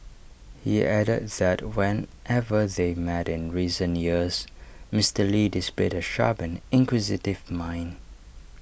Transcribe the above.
he added that whenever they met in recent years Mister lee displayed A sharp and inquisitive mind